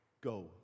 go